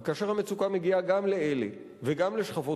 וכאשר המצוקה מגיעה גם לאלה וגם לשכבות